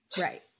right